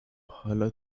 حالا